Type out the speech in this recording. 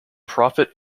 prophet